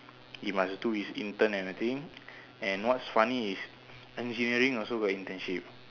he must do his intern and err thing and what's funny is engineering also got internship